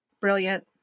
Brilliant